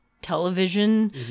Television